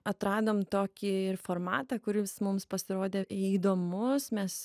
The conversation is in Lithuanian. atradom tokį ir formatą kuris mums pasirodė įdomus mes